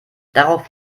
darauf